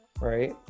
right